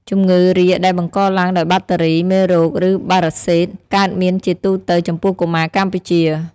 ជំងឺរាគដែលបង្កឡើងដោយបាក់តេរី មេរោគ ឬប៉ារ៉ាស៊ីត កើតមានជាទូទៅចំពោះកុមារកម្ពុជា។